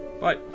Bye